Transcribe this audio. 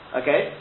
okay